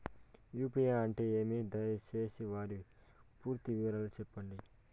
UPI అంటే ఏమి? దయసేసి వాటి పూర్తి వివరాలు సెప్పండి?